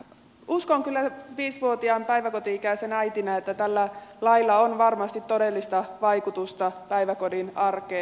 uskon kyllä viisivuotiaan päiväkoti ikäisen äitinä että tällä lailla on varmasti todellista vaikutusta päiväkodin arkeen